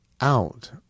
out